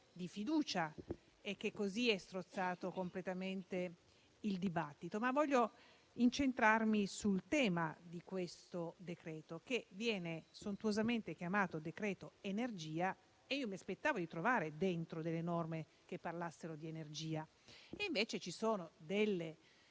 di fiducia e che così è strozzato completamente il dibattito. Ma voglio incentrarmi sul tema di questo decreto, che viene sontuosamente chiamato decreto energia. Ed io, dunque, mi aspettavo di trovarvi dentro norme che parlassero di energia. Invece, ci sono, sì, delle